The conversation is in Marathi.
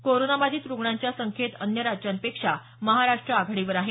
कोरोनाबाधित रुग्णांच्या संख्येत अन्य राज्यांपेक्षा महाराष्ट आघाडीवर आहे